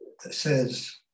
says